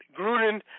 Gruden